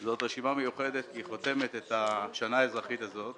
כי היא חותמת את השנה האזרחית הזאת